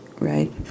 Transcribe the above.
right